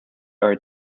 are